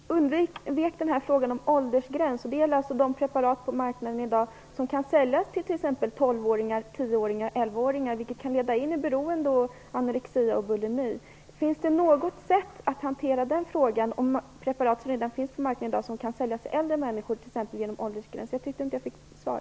Herr talman! Jag tyckte att socialministern undvek frågan om åldersgräns. Det gäller de preparat på marknaden som i dag kan säljas till t.ex. 10-, 11 och 12-åringar, vilket kan leda in i beroende, anorexi och bulimi. Finns det något sätt att hantera den frågan? Finns det redan i dag på marknaden preparat som bara kan säljas till äldre människor, t.ex. genom åldersgränser? Jag tyckte inte att jag fick något svar.